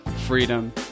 freedom